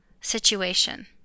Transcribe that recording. situation